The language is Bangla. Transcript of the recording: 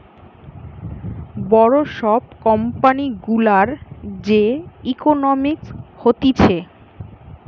বড় সব কোম্পানি গুলার যে ইকোনোমিক্স হতিছে